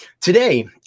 Today